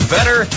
Better